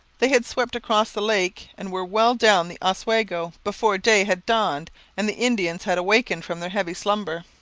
they had swept across the lake and were well down the oswego before day had dawned and the indians had awakened from their heavy slumber.